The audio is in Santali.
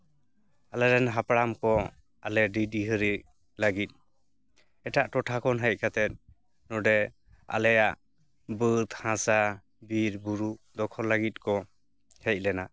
ᱟᱞᱮᱨᱮᱱ ᱦᱟᱯᱲᱟᱢ ᱠᱚ ᱟᱞᱮ ᱰᱤᱼᱰᱤᱦᱟᱹᱨᱮ ᱞᱟᱹᱜᱤᱫ ᱮᱴᱟᱜ ᱴᱚᱴᱷᱟ ᱠᱷᱚᱱ ᱦᱮᱡ ᱠᱟᱛᱮ ᱱᱚᱸᱰᱮ ᱟᱞᱮᱭᱟᱜ ᱵᱟᱹᱫᱽ ᱦᱟᱥᱟ ᱵᱤᱨ ᱵᱩᱨᱩ ᱫᱚᱠᱷᱚᱞ ᱞᱟᱹᱜᱤᱫ ᱠᱚ ᱦᱮᱡᱞᱮᱱᱟ